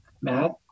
Matt